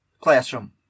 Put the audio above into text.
classroom